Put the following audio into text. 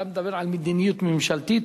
אתה מדבר על מדיניות ממשלתית,